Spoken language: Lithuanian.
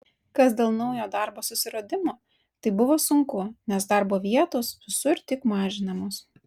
kas dėl naujo darbo susiradimo tai buvo sunku nes darbo vietos visur tik mažinamos